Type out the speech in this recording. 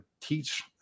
teach